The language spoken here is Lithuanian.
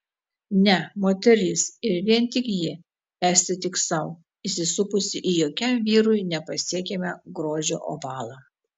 ne moteris ir vien tik ji esti tik sau įsisupusi į jokiam vyrui nepasiekiamą grožio ovalą